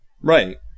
right